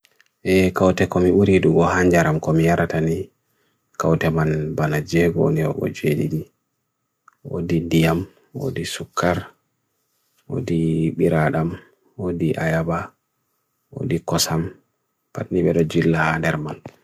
Penguin ɓe heɓi ngal jangoɗe. Ko penguin ko hayre, njama foore a hokka ɓe haɓre foore rewe e nder. Hokkita puccu wulorɗe, nyamu puccu doo?